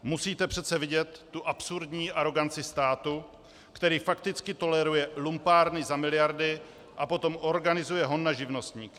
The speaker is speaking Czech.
Musíte přece vidět tu absurdní aroganci státu, který fakticky toleruje lumpárny za miliardy a potom organizuje hon na živnostníky.